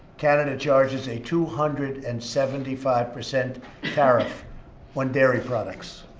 canada charges a two hundred and seventy five percent tariff on dairy products.